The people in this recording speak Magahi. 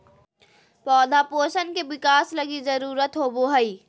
पौधा पोषण के बिकास लगी जरुरत होबो हइ